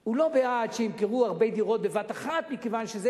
שהוא לא בעד שימכרו הרבה דירות בבת-אחת מכיוון שזה